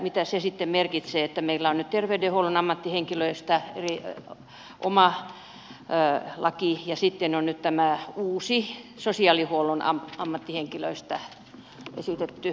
mitä se sitten merkitsee että meillä on nyt terveydenhuollon ammattihenkilöistä oma laki ja sitten on tämä uusi sosiaalihuollon ammattihenkilöistä esitetty laki